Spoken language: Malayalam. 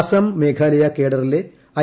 അസം മേഘാലയ കേഡറിലെ ഐ